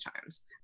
times